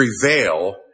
prevail